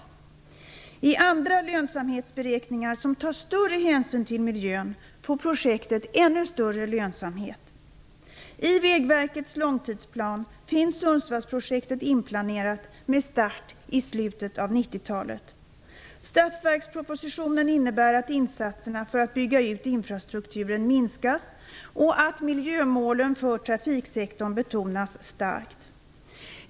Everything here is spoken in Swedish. Enligt andra lönsamhetsberäkningar som tar större hänsyn till miljön får projektet ännu större lönsamhet. I Vägverkets långtidsplan finns Sundsvallsprojektet inplanerat med start i slutet av 90-talet. Statsverkspropositionen innebär att insatserna för att bygga ut infrastrukturen minskas och att miljömålen för trafiksektorn betonas starkt.